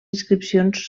inscripcions